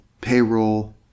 payroll